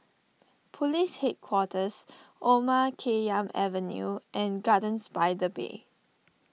Police Headquarters Omar Khayyam Avenue and Gardens by the Bay